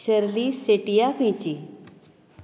Shirley Setia खंयची